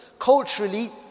culturally